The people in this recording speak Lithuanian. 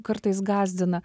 kartais gąsdina